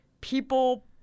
people